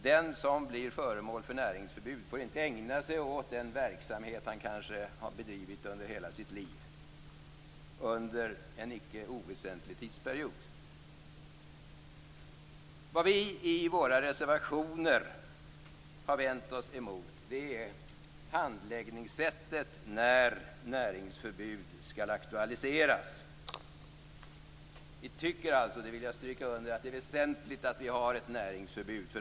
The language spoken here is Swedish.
Den som blir föremål för näringsförbud får under en icke oväsentlig tidsperiod inte ägna sig åt den verksamhet som han har bedrivit kanske i hela sitt liv. Vad vi i våra reservationer har vänt oss emot är handläggningssättet när näringsförbud skall aktualiseras. Jag vill understryka att det är väsentligt att det finns näringsförbud.